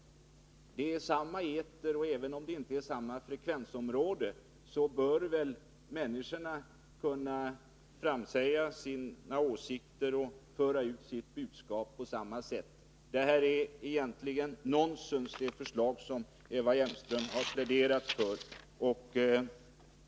Det är samma eter, och även om man inte sänder på samma frekvensområden bör väl människorna kunna framsäga sina åsikter och föra ut sitt budskap på samma sätt. Det förslag som Eva Hjelmström har pläderat för är egentligen nonsens.